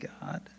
God